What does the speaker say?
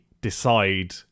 decide